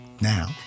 now